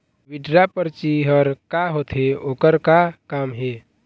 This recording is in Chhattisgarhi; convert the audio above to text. विड्रॉ परची हर का होते, ओकर का काम हे?